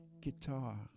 guitar